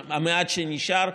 המעט שנשאר,